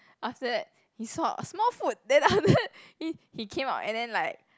after that he saw a Smallfoot then after that he he came out and then like